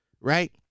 right